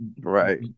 Right